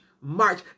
march